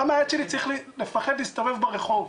למה הילד שלי צריך לפחד להסתובב ברחוב?